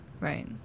Right